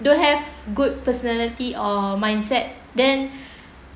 don't have good personality or mindset then